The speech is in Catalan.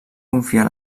confiar